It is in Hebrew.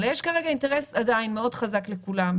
אלא יש כרגע אינטרס עדיין מאוד חזק לכולם,